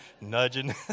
nudging